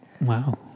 Wow